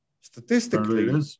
Statistically